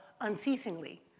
unceasingly